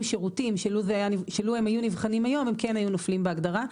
שירותים שלו הם היו נבחנים היום הם כן היו נופלים בהגדרה.